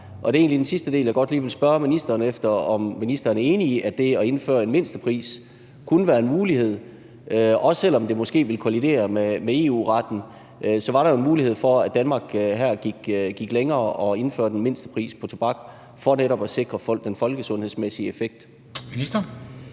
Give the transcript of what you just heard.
Og det er egentlig den sidste del, jeg godt vil spørge ministeren om, nemlig om ministeren er enig i, at det at indføre en mindstepris kunne være en mulighed, også selv om det måske ville kollidere med EU-retten. For så var der jo en mulighed for, at Danmark gik længere og indførte en mindstepris på tobak for netop at sikre folk den folkesundhedsmæssige effekt.